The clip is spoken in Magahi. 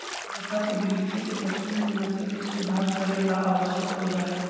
व्यापार के दृष्टि से पशुअन के नस्ल के सुधार करे ला आवश्यक हो जाहई